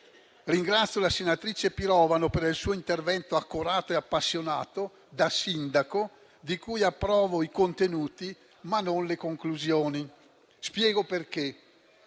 Ringrazio la senatrice Pirovano per il suo intervento accorato e appassionato, da sindaco, di cui approvo i contenuti, ma non le conclusioni. Spiego perché.